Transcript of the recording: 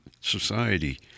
society